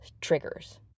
triggers